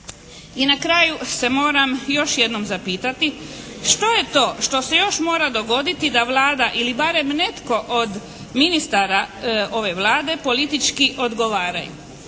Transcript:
I na kraju se moramo još jednom zapitati što je to što se još mora dogoditi da Vlada ili barem netko od ministara ove Vlade politički odgovaraju.